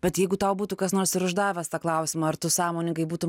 bet jeigu tau būtų kas nors ir uždavęs tą klausimą ar tu sąmoningai būtum